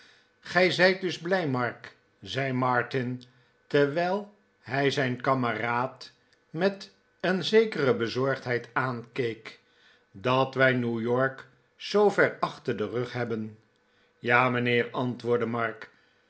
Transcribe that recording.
gij zijt dus blij mark zei martin terwijl hij zijn kameraad met een zekere bezorgdheid aankeek dat wij new york zoover achter den rug hebben ja mijnheer antwoordde mark